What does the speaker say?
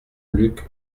luc